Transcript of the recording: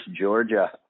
georgia